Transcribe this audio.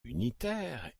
unitaire